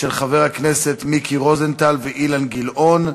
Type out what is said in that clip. של חברי הכנסת מיקי רוזנטל ואילן גילאון.